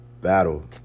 battle